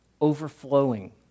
overflowing